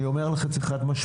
אני אומר לך את זה חד-משמעית.